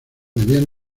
debían